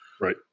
right